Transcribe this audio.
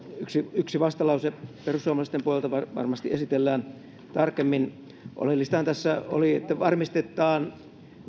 yksi vastalause perussuomalaisten puolelta varmasti esitellään tarkemmin oleellistahan tässä oli että varmistetaan